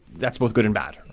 that's both good and bad.